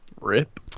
rip